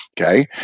Okay